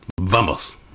Vamos